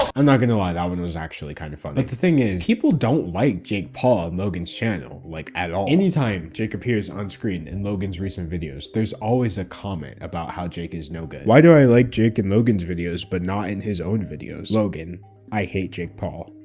i'm not going to lie. that one was actually kind of funny. like but the thing is people don't like jake paul in logan's channel like at all. anytime jake appears on screen in logan's recent videos, there's always a comment about how jake is no good. why do i like jake in logan's videos, but not in his own videos? logan i hate jake paul.